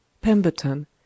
Pemberton